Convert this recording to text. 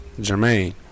Jermaine